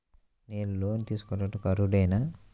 నేను లోన్ తీసుకొనుటకు అర్హుడనేన?